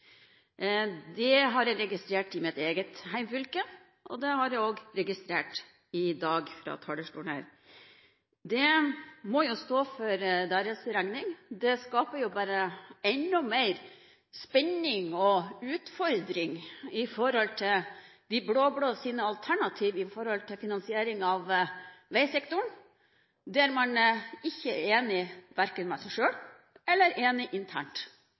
Det har jeg registrert i mitt eget hjemfylke, og det har jeg også registrert fra talerstolen her i dag. Det må jo stå for deres regning. Det skaper bare enda mer spenning og utfordring når det gjelder de blå-blås alternativ til finansiering av veisektoren, der man verken er enig med seg selv eller enig internt.